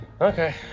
Okay